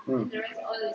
mm